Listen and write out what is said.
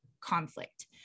conflict